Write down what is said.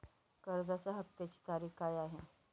कर्जाचा हफ्त्याची तारीख काय आहे?